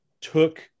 took